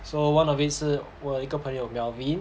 so one of it 是我一个朋友 melvin